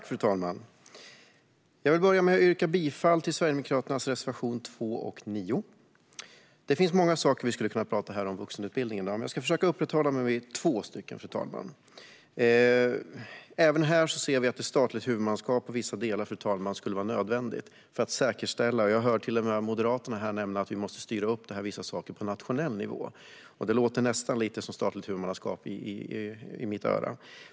Fru talman! Jag vill börja med att yrka bifall till Sverigedemokraternas reservationer 2 och 9. Det finns många saker som man skulle kunna tala om när det gäller vuxenutbildningen. Men jag ska försöka uppehålla mig vid två. Även här ser vi att ett statligt huvudmannaskap i vissa delar skulle vara nödvändigt för att säkerställa kvaliteten. Jag hörde Moderaterna nämna att vi måste styra upp vissa saker på nationell nivå. Det låter nästan som ett statligt huvudmannaskap i mina öron.